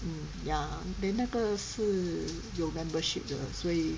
mm ya then 那个是有 membership 的所以